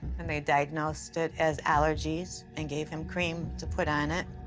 and they diagnosed it as allergies and gave him cream to put on it.